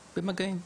במגעים.